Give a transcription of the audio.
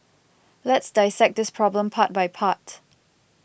let's dissect this problem part by part